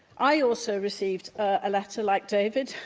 i also received a letter, like david,